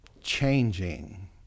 changing